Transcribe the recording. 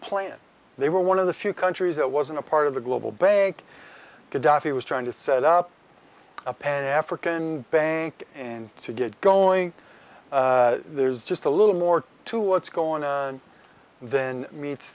plan they were one of the few countries that wasn't a part of the global bank gadhafi was trying to set up a pan african bank and to get going there's just a little more to what's going on then meets